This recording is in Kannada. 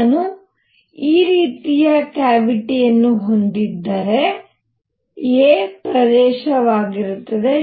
ನಾನು ಈ ರೀತಿಯ ಕ್ಯಾವಿಟಿಯನ್ನು ಹೊಂದಿದ್ದರೆ a ಪ್ರದೇಶವಾಗಿರುತ್ತದೆ